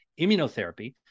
immunotherapy